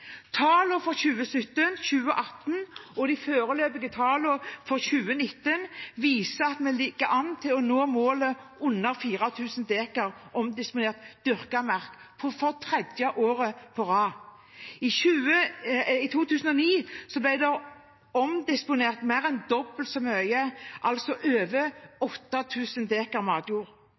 for 2017, 2018 og de foreløpige tallene for 2019 viser at vi ligger an til å nå målet om under 4 000 dekar omdisponert dyrket mark for tredje år på rad. I 2009 ble det omdisponert mer enn dobbelt så mye, over 8 000 dekar matjord.